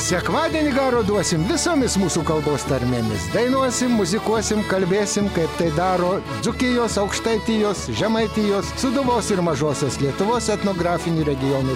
sekmadienį garo duosim visomis mūsų kalbos tarmėmis dainuosim muzikuosim kalbėsim kaip tai daro dzūkijos aukštaitijos žemaitijos sūduvos ir mažosios lietuvos etnografinių regionų